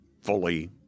fully